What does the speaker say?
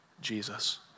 Jesus